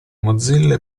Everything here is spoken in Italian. mozilla